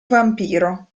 vampiro